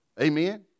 Amen